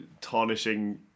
tarnishing